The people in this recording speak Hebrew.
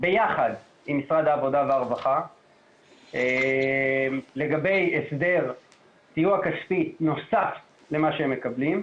ביחד עם משרד העבודה והרווחה לגבי הסדר סיוע כספי נוסף למה שהם מקבלים.